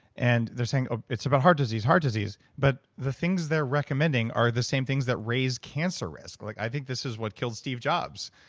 and they're saying ah it's about heart disease, heart disease, but the things they're recommending are the same things that raise cancer risk. like i think this is what killed steve jobs.